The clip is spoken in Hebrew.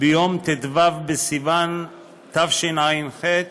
ביום ט"ו בסיוון התשע"ח,